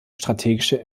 strategische